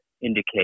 indicate